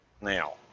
Now